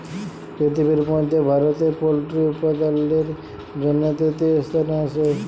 পিরথিবির মধ্যে ভারতে পল্ট্রি উপাদালের জনহে তৃতীয় স্থালে আসে